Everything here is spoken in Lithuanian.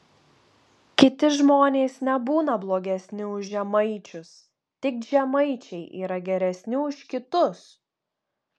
kiti žmonės nebūna blogesni už žemaičius tik žemaičiai yra geresni už kitus